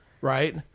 right